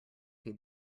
feed